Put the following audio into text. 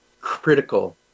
critical